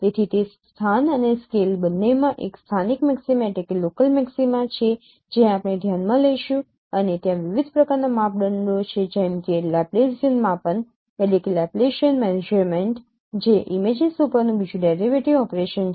તેથી તે સ્થાન અને સ્કેલ બંનેમાં એક સ્થાનિક મૅક્સીમા છે જે આપણે ધ્યાનમાં લઈશું અને ત્યાં વિવિધ પ્રકારનાં માપદંડો છે જેમ કે લેપ્લેસીઅન માપન જે ઇમેજીસ ઉપરનું બીજું ડેરિવેટિવ ઓપરેશન છે